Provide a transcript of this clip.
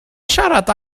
siarad